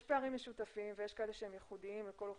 יש פערים משותפים ויש כאלה שייחודיים לכל אוכלוסייה,